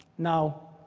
now